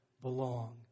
belong